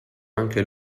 anche